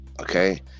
Okay